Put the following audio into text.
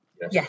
Yes